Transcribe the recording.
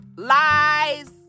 lies